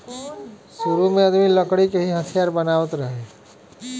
सुरु में आदमी लकड़ी के ही हथियार बनावत रहे